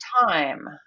time